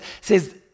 says